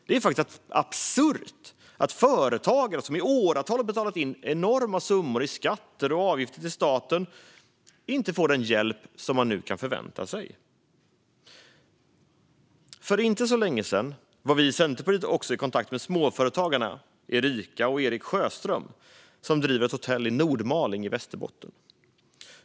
Det är absurt att företagare som i åratal har betalat in enorma summor i skatter och avgifter till staten inte får den hjälp de borde kunnat förvänta sig. För inte så länge sedan var vi i Centerpartiet också i kontakt med småföretagarna Erica och Erik Sjöström som driver ett hotell i Nordmaling i Västerbotten.